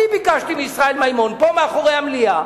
אני ביקשתי מישראל מימון, פה מאחורי המליאה,